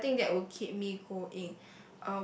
and I think that will keep me going